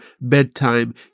bedtime